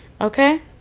okay